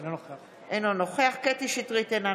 אינו נוכח קטי קטרין שטרית,